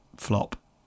flop